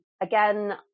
again